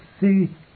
see